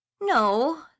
No